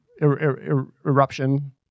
eruption